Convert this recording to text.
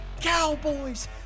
Cowboys